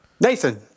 Nathan